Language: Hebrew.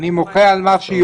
חוק